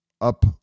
up